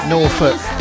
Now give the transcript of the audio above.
Norfolk